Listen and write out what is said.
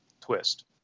twist